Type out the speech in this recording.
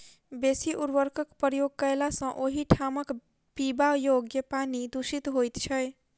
बेसी उर्वरकक प्रयोग कयला सॅ ओहि ठामक पीबा योग्य पानि दुषित होइत छै